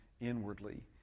inwardly